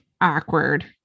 awkward